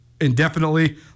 indefinitely